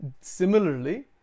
similarly